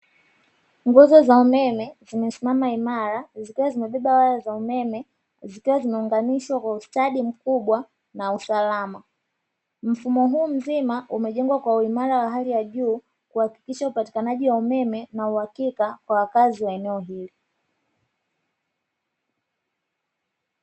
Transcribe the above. Nguzo za umeme zinasimama imara, zikiwa zimebebwa waya wa umeme, zikiwa zimeunganishwa kwa ustadi mkubwa na usalama. Mfumo huu mzima umejengwa kwa uimara wa hali ya juu kuhakikisha upatikanaji wa umeme mwa uhakika kwa wakazi wa eneo hili.